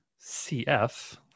CF